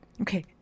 Okay